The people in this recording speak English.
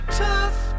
tough